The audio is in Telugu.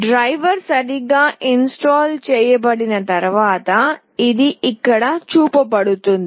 డైవర్ సరిగ్గా ఇన్స్టాల్ చేయబడిన తర్వాత ఇది ఇక్కడ చూపబడుతుంది